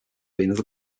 being